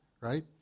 right